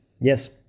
Yes